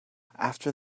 after